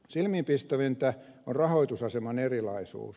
silmiinpistävintä on rahoitusaseman erilaisuus